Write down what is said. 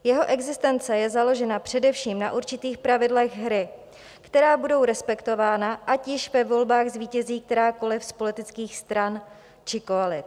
Jeho existence je založena především na určitých pravidlech hry, která budou respektována, ať již ve volbách zvítězí kterákoliv z politických stran či koalic.